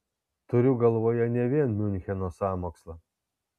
turiu galvoje ne vien miuncheno sąmokslą